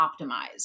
optimize